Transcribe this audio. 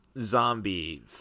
Zombie